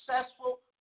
successful